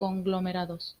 conglomerados